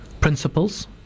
principles